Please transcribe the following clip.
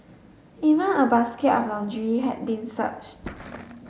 even a basket of laundry had been searched